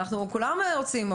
אנחנו כולנו רוצים,